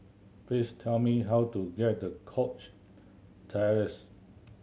please tell me how to get to Cox Terrace